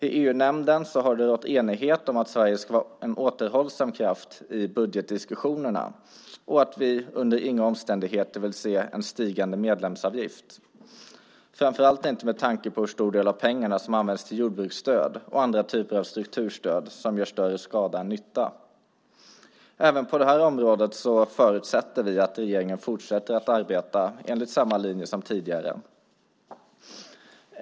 I EU-nämnden har det rått enighet om att Sverige ska vara en återhållande kraft i budgetdiskussionerna och att vi under inga omständigheter vill se en stigande medlemsavgift, framför allt inte med tanke på hur stor del av pengarna som används till jordbruksstöd och andra typer av strukturstöd som gör större skada än nytta. Även på det här området förutsätter vi att regeringen fortsätter att arbeta enligt samma linje som tidigare.